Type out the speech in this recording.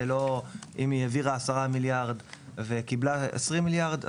ולא אם היא העבירה 10 מיליארד וקיבלה 20 מיליארד.